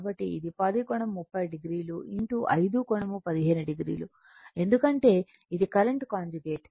కాబట్టి ఇది 10 కోణం 30 o 5 కోణం 15 o ఎందుకంటే ఇది కరెంట్ కాంజుగేట్